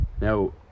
now